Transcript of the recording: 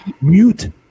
Mute